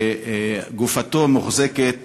שגופתו מוחזקת